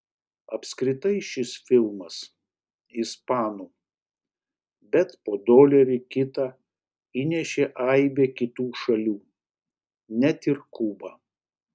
apskritai šis filmas ispanų bet po dolerį kitą įnešė aibė kitų šalių net ir kuba